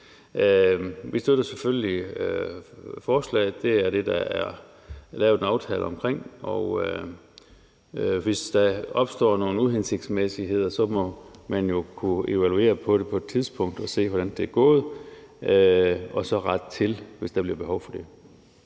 Vi støtter selvfølgelig forslaget. Det er det, der er lavet en aftale om. Hvis der opstår nogle uhensigtsmæssigheder, må man jo kunne evaluere på det på et tidspunkt for at se, hvordan det er gået, og så rette det til, hvis der bliver behov for det.